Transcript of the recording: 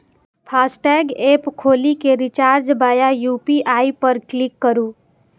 FASTag app खोलि कें recharge via UPI पर क्लिक करू